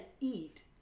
eat